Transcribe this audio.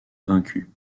vaincu